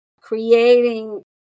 Creating